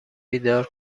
بیدار